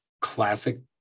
classic